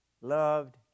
loved